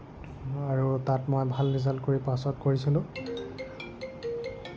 আৰু তাত মই ভাল ৰিজাল্ট কৰি পাছ আউট কৰিছিলোঁ